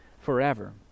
forever